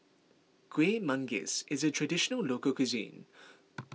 Kuih Manggis is a Traditional Local Cuisine